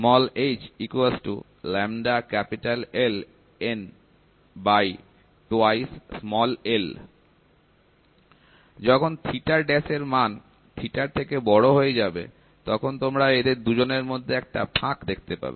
h λLN2l যখন dash এর মান র থেকে বড় হয়ে যাবে তখন তোমরা এদের দুজনের মধ্যে একটা ফাঁক দেখতে পাবে